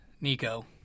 Nico